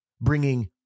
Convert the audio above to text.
bringing